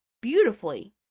beautifully